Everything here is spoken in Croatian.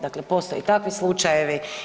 Dakle, postoje i takvi slučajevi.